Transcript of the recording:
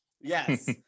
Yes